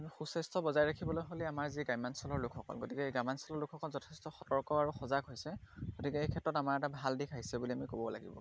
আমি সুস্বাস্থ্য বজাই ৰাখিবলৈ হ'লে আমাৰ যি গ্ৰাম্যাঞ্চলৰ লোকসকল গতিকে এই গ্ৰামাঞ্চলৰ লোকসকল যথেষ্ট সতৰ্ক আৰু সজাগ হৈছে গতিকে এই ক্ষেত্ৰত আমাৰ এটা ভাল দিশ আহিছে বুলি আমি ক'ব লাগিব